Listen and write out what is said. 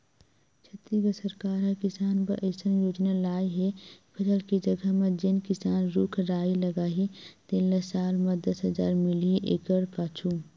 छत्तीसगढ़ सरकार ह किसान बर अइसन योजना लाए हे फसल के जघा म जेन किसान रूख राई लगाही तेन ल साल म दस हजार मिलही एकड़ पाछू